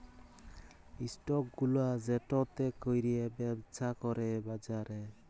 stock গুলা যেটতে ক্যইরে ব্যবছা ক্যরে বাজারে